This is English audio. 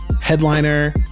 Headliner